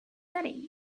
setting